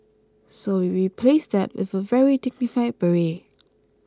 so we replaced that with a very dignified beret